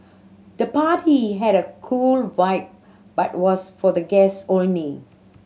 the party had a cool vibe but was for guest only